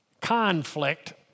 conflict